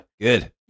Good